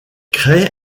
crée